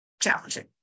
challenging